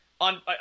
on